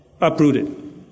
uprooted